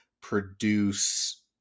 produce